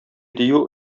дию